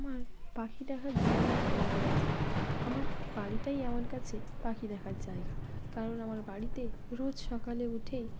আমার পাখি দেখার জায়গা অনেকেই আছে আমার বাড়িটাই আমার কাছে পাখি দেখার জায়গা কারণ আমার বাড়িতে রোজ সকালে উঠে